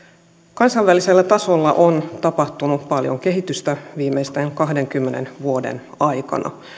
kansainvälisellä tasolla on tapahtunut paljon kehitystä viimeisten kahdenkymmenen vuoden aikana